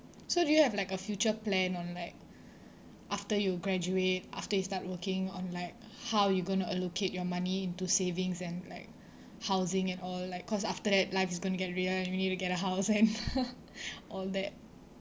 so do you have like a future plan on like after you graduate after you start working on like how you're going to allocate your money into savings and like housing and all like cause after that life is going to get real and you need to get a house and all that